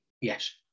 yes